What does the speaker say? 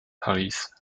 paris